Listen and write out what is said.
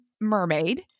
mermaid